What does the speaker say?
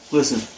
Listen